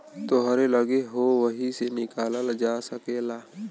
तोहरे लग्गे हौ वही से निकालल जा सकेला